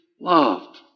loved